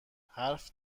حرف